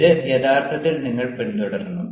ഇത് യഥാർത്ഥത്തിൽ നിങ്ങൾ പിന്തുടരണം